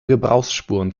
gebrauchsspuren